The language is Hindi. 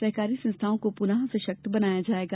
सहकारी संस्थाओं को पुनः सशक्त बनाया जाएगा